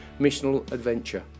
missionaladventure